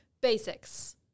basics